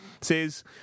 says